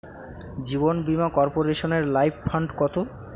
জীবন বীমা কর্পোরেশনের life fund কত?